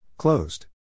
Closed